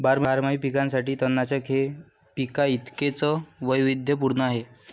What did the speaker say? बारमाही पिकांसाठी तणनाशक हे पिकांइतकेच वैविध्यपूर्ण आहे